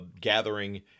gathering